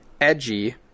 edgy